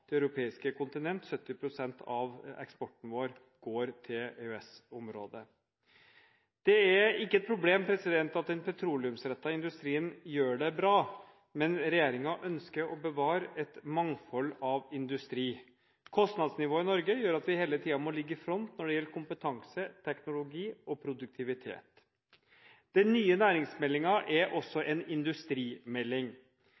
det europeiske kontinentet – 70 pst. av eksporten vår går til EØS-området. Det er ikke et problem at den petroleumsrettede industrien gjør det bra, men regjeringen ønsker å bevare et mangfold av industri. Kostnadsnivået i Norge gjør at vi hele tiden må ligge i front når det gjelder kompetanse, teknologi og produktivitet. Den nye næringsmeldingen er